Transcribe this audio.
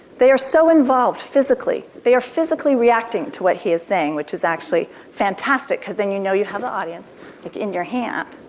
they are so involved physically, they are physically reacting to what he is saying, which is actually fantastic, because then you know you have the audience like in your hand.